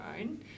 own